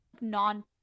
non